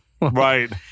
Right